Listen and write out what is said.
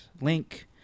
Link